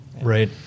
Right